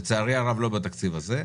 לצערי הרב, לא בתקציב הזה.